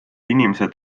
inimesed